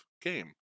game